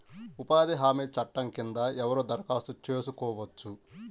ఉపాధి హామీ చట్టం కింద ఎవరు దరఖాస్తు చేసుకోవచ్చు?